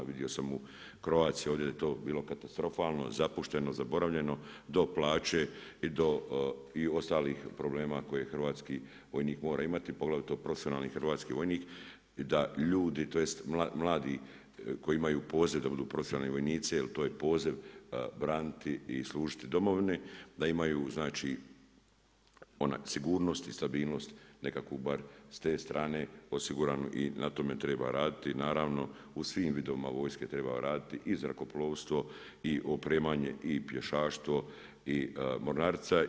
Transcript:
Vidio sam ovdje u Croatia da je to bilo katastrofalno, zapušteno, zaboravljeno do plaće i ostalih problema koje hrvatski vojnik mora imati poglavito profesionalni hrvatski vojnik, da ljudi, tj. mladi koji imaju poziv da budu profesionalni vojnici, jer to je poziv braniti i služiti Domovini, da imaju znači sigurnost i stabilnost nekakvu bar s te strane osiguranu i na tome treba raditi naravno u svim vidovima vojske treba raditi i zrakoplovstvo i opremanje i pješaštvo i mornarica.